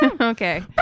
Okay